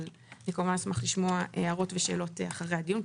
אבל אני כמובן אשמח לשמוע הערות ושאלות אחרי הדיון,